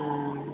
हाँ